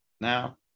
now